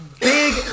Big